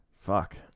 fuck